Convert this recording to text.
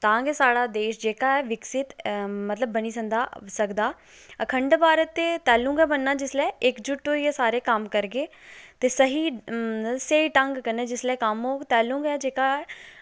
तां गै साढ़ा देश जेह्का ऐ विकसित मतलब बनी संदा सकदा अखंड भारत ते तैलूं गै बनना जिसलै इकजुट होइयै सारे कम्म करगे ते स्हेई स्हेई ढंग कन्नै जिसलै कम्म होग तैलूं गै जेह्का